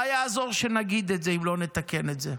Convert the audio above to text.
מה יעזור שנגיד את זה אם לא נתקן את זה?